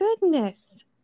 goodness